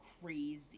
crazy